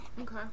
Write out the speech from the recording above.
Okay